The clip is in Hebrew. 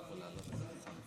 מאמינה שאני מתרגשת.